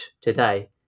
today